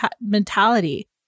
mentality